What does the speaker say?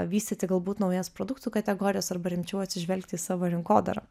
vystyti galbūt naujas produktų kategorijas arba rimčiau atsižvelgti į savo rinkodarą